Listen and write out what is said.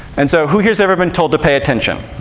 and so who here's ever been told to pay attention?